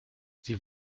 sie